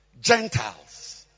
Gentiles